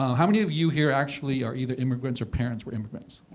how many of you here actually are either immigrants or parents were immigrants?